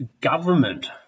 government